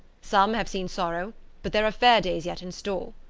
some have seen sorrow but there are fair days yet in store.